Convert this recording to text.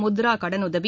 முத்ரா கடனுதவி